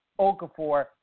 Okafor